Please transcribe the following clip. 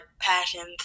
passions